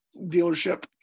dealership